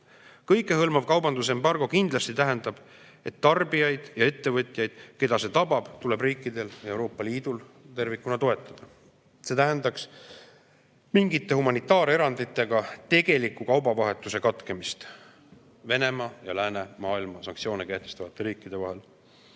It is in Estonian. Kõikehõlmav kaubandusembargo kindlasti tähendab, et tarbijaid ja ettevõtjaid, keda see tabab, tuleb riikidel ja Euroopa Liidul tervikuna toetada. See tähendaks mingite humanitaareranditega tegeliku kaubavahetuse katkemist Venemaa ja läänemaailma sanktsioone kehtestavate riikide vahel.